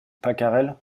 pacarel